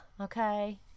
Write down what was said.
okay